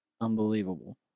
unbelievable